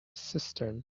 cistern